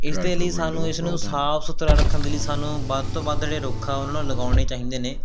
ਇਸਦੇ ਲਈ ਸਾਨੂੰ ਇਸ ਨੂੰ ਸਾਫ਼ ਸੁਥਰਾ ਰੱਖਣ ਦੇ ਲਈ ਸਾਨੂੰ ਵੱਧ ਤੋਂ ਵੱਧ ਜਿਹੜੇ ਰੁੱਖ ਆ ਉਹਨਾਂ ਨੂੰ ਲਗਾਉਣੇ ਚਾਹੀਦੇ ਨੇ